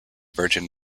virgin